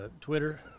Twitter